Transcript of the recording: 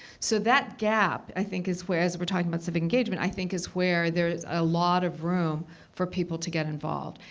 so that gap. i think, is where as we're talking about civic engagement, i think, is where there is a lot of room for people to get involved.